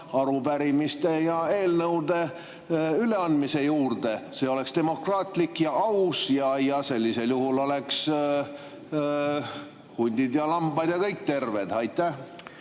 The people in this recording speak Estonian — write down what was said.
arupärimiste ja eelnõude üleandmise juurde? See oleks demokraatlik ja aus, sellisel juhul oleks hundid ja lambad ja kõik terved. Aitäh!